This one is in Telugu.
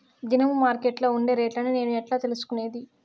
దినము మార్కెట్లో ఉండే రేట్లని నేను ఎట్లా తెలుసుకునేది?